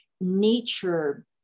nature